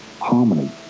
harmony